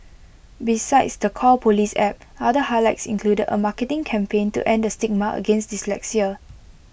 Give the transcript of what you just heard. besides the call Police app other highlights included A marketing campaign to end the stigma against dyslexia